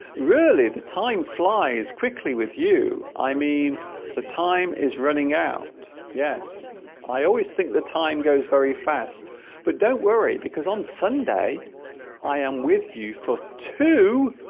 really the time flies quickly with you i mean the time is running out yes i always think the time goes very fast but don't worry because on sunday i am with you for two